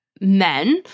men